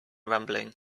rumbling